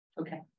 Okay